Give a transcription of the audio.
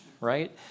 right